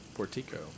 Portico